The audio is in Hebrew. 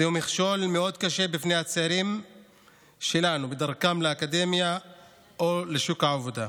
זהו מכשול מאוד קשה בפני הצעירים שלנו בדרכם לאקדמיה או לשוק העבודה.